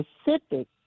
specific